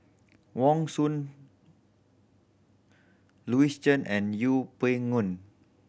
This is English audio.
Wong Suen Louis Chen and Yeng Pway Ngon